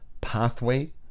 pathway